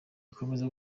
ikomeje